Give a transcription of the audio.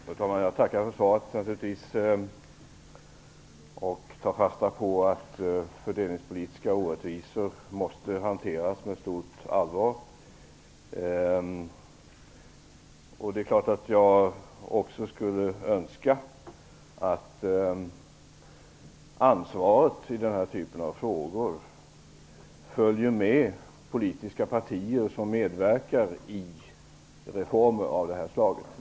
Fru talman! Jag tackar naturligtvis för svaret och tar fasta på att fördelningspolitiska orättvisor måste hanteras med stort allvar. Det är klart att jag också skulle önska att ansvaret i den här typen av frågor följer med de politiska partier som medverkar vid reformer av det här slaget.